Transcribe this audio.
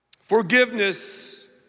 forgiveness